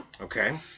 Okay